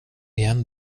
igen